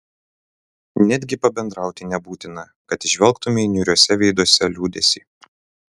netgi pabendrauti nebūtina kad įžvelgtumei niūriuose veiduose liūdesį